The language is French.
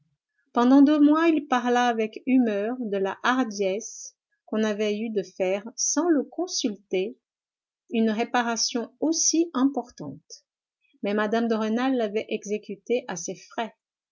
pendant deux mois il parla avec humeur de la hardiesse qu'on avait eue de faire sans le consulter une réparation aussi importante mais mme de rênal l'avait exécutée à ses frais